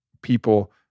people